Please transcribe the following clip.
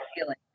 feeling